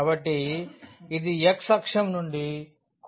కాబట్టి ఇది x అక్షం నుండి కోణం ఫై అవుతుంది